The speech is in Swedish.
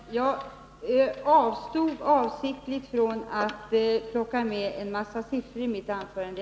Herr talman! Jag avstod avsiktligt från att plocka med en mängd siffror i mitt anförande.